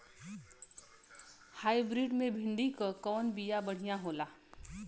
Hybrid मे भिंडी क कवन बिया बढ़ियां होला?